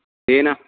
तेन